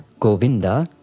govinda,